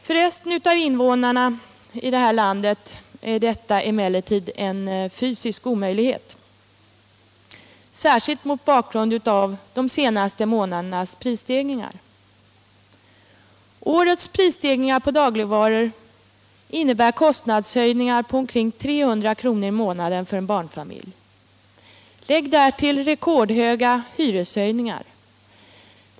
För resten av invånarna i detta land är det där en fysisk omöjlighet, särskilt mot bakgrund av de senaste månadernas prisstegringar. Årets prisstegringar på dagligvaror innebär kostnadshöjningar på omkring 300 kr. i månaden för en barnfamilj. Lägg därtill rekordhöga hyreshöjningar.